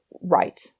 right